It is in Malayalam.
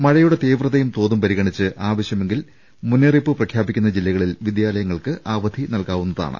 മഴയുടെ തീവ്രതയും തോതും പരിഗണിച്ച് ആവശ്യമെങ്കിൽ മുന്നറിയിപ്പ് പ്രഖ്യാപിക്കുന്ന ജില്ലകളിൽ വിദ്യാലയങ്ങൾക്ക് അവധി നൽകാവുന്നതാണ്